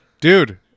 Dude